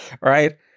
Right